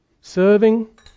serving